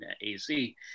AC